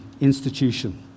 institution